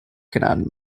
cannot